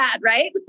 right